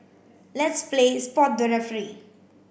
let's play spot the referee